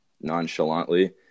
nonchalantly